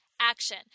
action